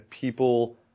people